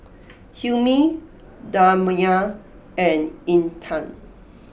Hilmi Damia and Intan